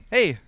Hey